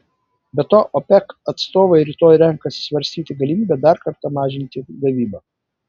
be to opec atstovai rytoj renkasi svarstyti galimybę dar kartą mažinti gavybą